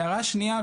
הערה שנייה,